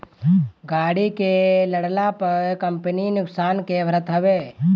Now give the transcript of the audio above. गाड़ी के लड़ला पअ कंपनी नुकसान के भरत हवे